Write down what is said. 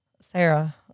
sarah